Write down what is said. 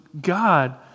God